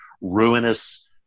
ruinous